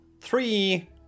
three